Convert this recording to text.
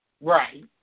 Right